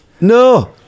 No